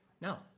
No